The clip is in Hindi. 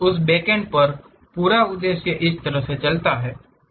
तो उस बैक एंड पर पूरा उद्देश्य इस तरह से चलता है